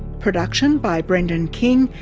production by brendan king,